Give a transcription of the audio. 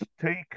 take